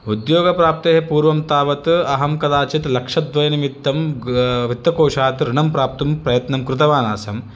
उद्योगप्राप्तेः पूर्वं तावत् अहं कदाचित् लक्षद्वयनिमित्तं वित्तकोशात् ऋणं प्राप्तुं प्रयत्नं कृतवानासम्